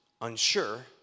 unsure